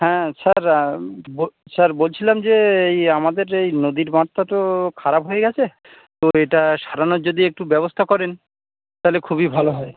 হ্যাঁ sir sir বলছিলাম যে এই আমাদের এই নদীর বাঁধটা তো খারাপ হয়ে গেছে তো এটা সারানোর যদি একটু ব্যবস্থা করেন তাহলে খুবই ভালো হয়